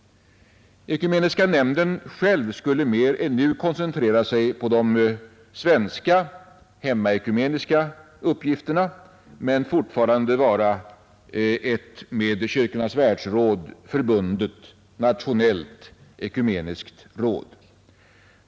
Ekumeniska nämnden själv skulle mer än nu koncentrera sig på de svenska hemmaekumeniska uppgifterna men fortfarande vara ett med Kyrkornas världsråd förbundet nationellt ekumeniskt råd.